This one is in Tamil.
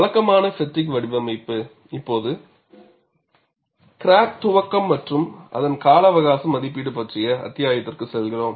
வழக்கமான ஃப்பெடிக் வடிவமைப்பு இப்போது கிராக் துவக்கம் மற்றும் அதன் கால அவகாசம் மதிப்பீடு பற்றிய அத்தியாயத்திற்கு செல்கிறோம்